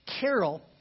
carol